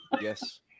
Yes